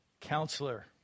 Counselor